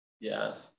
Yes